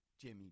Jimmy